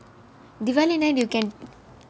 diwali night you can